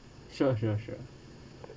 sure sure sure